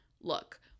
look